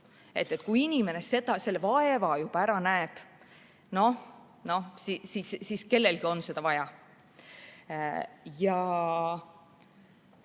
Kui inimene selle vaeva juba ära näeb, ju siis tal on seda vaja.